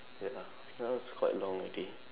ya that was quite long already